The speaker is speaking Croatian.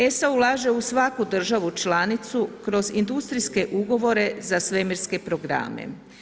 ESA ulaže u svaku državu članicu kroz industrijske ugovore za svemirske programe.